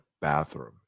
bathroom